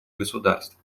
государств